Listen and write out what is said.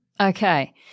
Okay